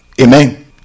Amen